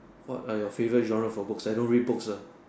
what are your favourite genre for books I don't read books ah